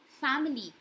family